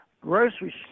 grocery